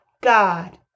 god